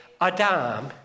Adam